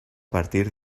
partir